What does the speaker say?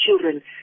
children